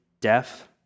deaf